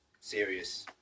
serious